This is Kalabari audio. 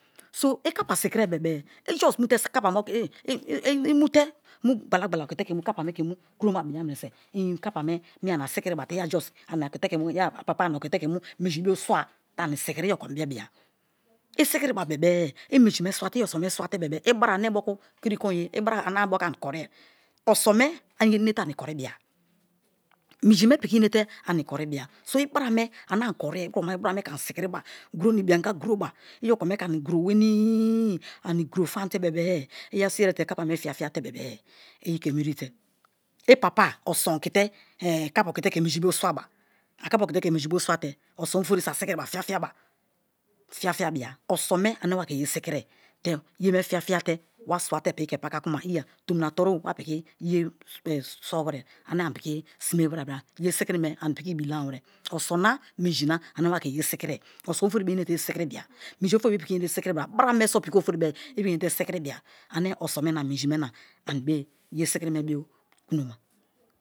So ikapa si̱ki̱ri̱e bebe-e ikapa me me ke mu̱ kromabia in kapame mie ani asikiri bat ye a just ani okite ke mu minji bio swa te ani sikiri i oko bebia i sikiriba bebe-e i minji me swa te i oson me swate ibra ane moku kiri konye ibra ane moku ani korie oson me inete ani kori bia, minji me piki inete ane ani korie so i kuroma ibrame ke ani sikiri ba guro na ibinaga gurowa i okoma ke ani̱ guro famate bebe-e iyeriso iyerite kapa me fia-fia te bebe i ke mu irite ipapa oson okite kapa okite ke minji bo swaba, a kapa okite ke minji bo swate oson ofori so a sikiri ba fia-fia, fiafia bia oson me ane wa ke ye sikiri te ye me fiafia te wa swate piki ke kuma iya tomina toru wapikiye sowere ane ani piki sime were bra ye sikirime ani piki ibi lama were oson na minji na ane wake̱ ye sikirie oson ofori be̱e̱ i̱ inate ye sikiri bia, bra me so piki oforibe i piki inate ye sikiribia ane oson me, na minji me na ani bo yo sikiri me bõ kulõma.